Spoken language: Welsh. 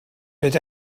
beth